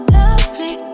lovely